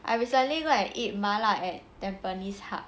I recently go and eat 麻辣 at tampines hub